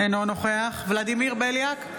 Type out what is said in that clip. אינו נוכח ולדימיר בליאק,